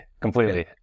completely